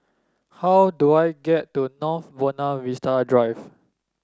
how do I get to North Buona Vista Drive